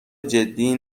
جدی